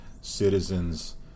citizens